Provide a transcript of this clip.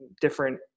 different